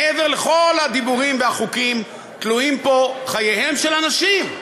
מעבר לכל הדיבורים והחוקים תלויים פה חייהם של אנשים.